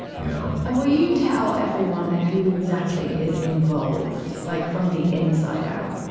you know and will you tell everyone who exactly is involved, like from the inside out?